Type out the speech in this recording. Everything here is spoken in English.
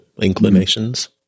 inclinations